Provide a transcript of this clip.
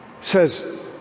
says